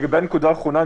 לגבי הנקודה האחרונה,